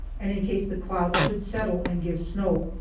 and in case the clouds should settle and give snow,